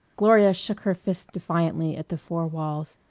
gloria shook her fist defiantly at the four walls.